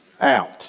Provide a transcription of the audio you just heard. out